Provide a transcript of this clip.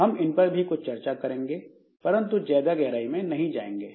हम इन पर भी कुछ चर्चा करेंगे परंतु ज्यादा गहराई में नहीं जाएंगे